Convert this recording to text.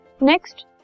Next